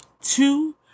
Two